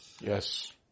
Yes